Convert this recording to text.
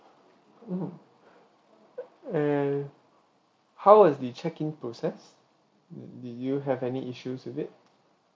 mm eh how was the check in process did you have any issues with it